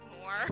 more